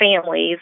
families